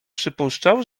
przypuszczał